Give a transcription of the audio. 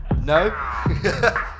no